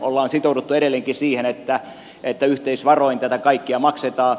on sitouduttu edelleenkin siihen että yhteisvaroin tätä kaikkea maksetaan